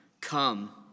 Come